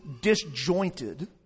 disjointed